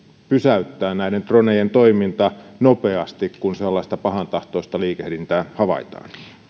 pysäyttää näiden dronejen toiminta nopeasti kun sellaista pahantahtoista liikehdintää havaitaan